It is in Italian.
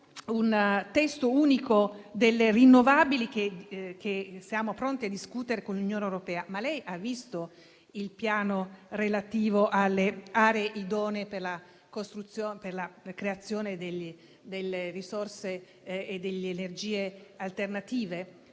un Testo unico sulle rinnovabili che siamo pronti a discutere con l'Unione europea. Ma lei ha visto il Piano relativo alle aree idonee per la creazione delle risorse e delle energie alternative?